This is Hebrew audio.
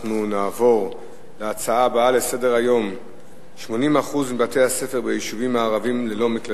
אנחנו נעבור לנושא הבא: 80% מבתי הספר ביישובים הערביים ללא מקלטים,